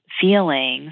feelings